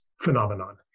phenomenon